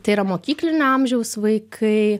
tai yra mokyklinio amžiaus vaikai